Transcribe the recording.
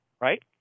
right